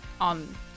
On